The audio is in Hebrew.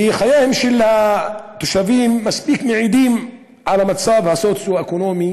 וחייהם של התושבים מספיק מעידים על המצב הסוציו-אקונומי